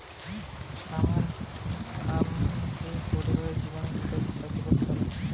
আমানকের পারিবারিক জীবিকা হয়ঠে চাষবাস করা